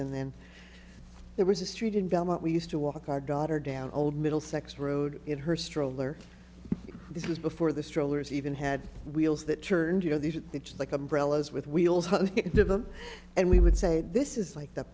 and then there was a street in belmont we used to walk our daughter down old middlesex road in her stroller this was before the strollers even had wheels that turned you know these are the just like umbrellas with wheels and we would say this is like the